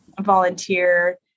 volunteer